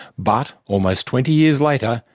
but almost twenty years later,